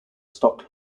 stock